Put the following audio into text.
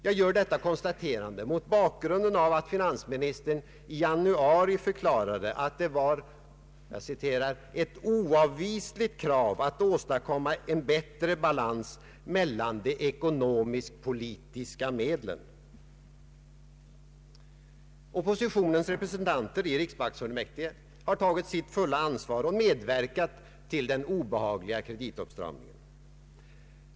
Jag gör detta konstaterande mot bakgrunden av att finansministern i ianuari förklarade att det var ”ett oavvisligt krav —— att åstadkomma en bättre balans mellan de ekonomisk-politiska medlen”. Oppositionens representanter i riksbanksfullmäktige har tagit sitt fulla ansvar och medverkat till den obehagliga kreditåtstramningen.